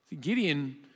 Gideon